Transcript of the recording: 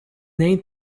name